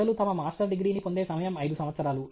ప్రజలు తమ మాస్టర్ డిగ్రీని పొందే సమయం 5 సంవత్సరాలు M